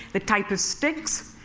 the type of sticks